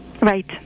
Right